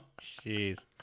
jeez